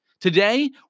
Today